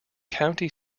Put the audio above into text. county